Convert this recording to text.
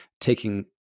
taking